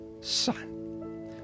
son